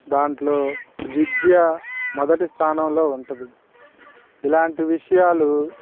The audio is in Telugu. దాంట్లో విద్య మొదటి స్థానంలో ఉంటుంది ఇలాంటి విషయాలు